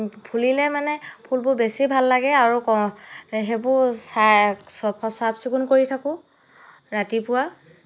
ফুলিলে মানে ফুলবোৰ বেছি ভাল লাগে আৰু ক সেইবোৰ চাই চফা চাফ চিকুণ কৰি থাকোঁ ৰাতিপুৱা